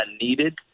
needed